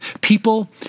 People